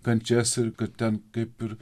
kančias ir kad ten kaip ir